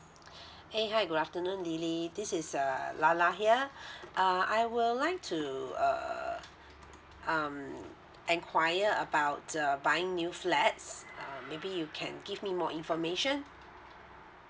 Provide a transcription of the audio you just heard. hey hi good afternoon lily this is uh lala here uh I will like to uh um enquire about err buying new flats um maybe you can give me more information